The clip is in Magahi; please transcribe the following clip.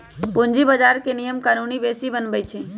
पूंजी बजार के नियम कानून सेबी बनबई छई